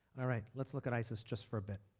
all right. let's look at isis just for a bit.